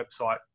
website